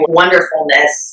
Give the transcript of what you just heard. wonderfulness